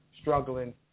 struggling